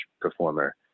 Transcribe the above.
performer